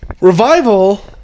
Revival